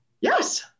Yes